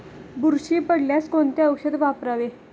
बुरशी पडल्यास कोणते औषध वापरावे?